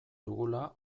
dugula